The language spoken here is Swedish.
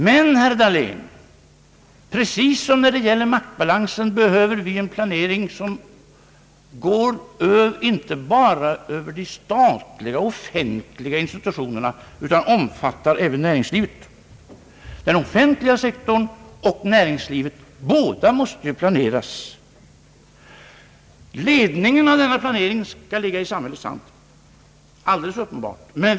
Men, herr Dahlén, precis som när det gäller maktbalansen behöver vi en planering inte bara för de statliga och offentliga institutionerna — både näringslivet och den offentliga sektorn måste planeras. Ledningen av denna planering skall uppenbart ligga i samhällets hand, men 1 I ett senare inlägg rättat till bidragsgivare.